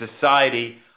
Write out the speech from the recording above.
society